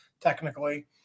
technically